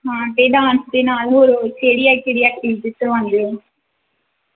ਹਾਂ ਅਤੇ ਡਾਂਸ ਦੇ ਨਾਲ ਹੋਰ ਕਿਹੜੀ ਕਿਹੜੀ ਐਕਟੀਵਿਟੀਜ਼ ਕਰਵਾਉਂਦੇ ਹੋ